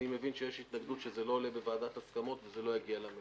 אני מבין שיש התנגדות שזה לא עולה בוועדת הסכמות וזה לא יגיע למליאה.